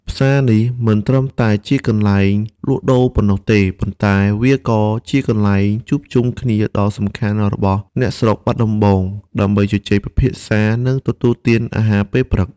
ផ្សារនេះមិនត្រឹមតែជាកន្លែងលក់ដូរប៉ុណ្ណោះទេ ប៉ុន្តែវាក៏ជាកន្លែងជួបជុំគ្នាដ៏សំខាន់របស់អ្នកស្រុកបាត់ដំបង ដើម្បីជជែកពិភាក្សា និងទទួលទានអាហារពេលព្រឹក។